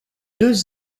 deux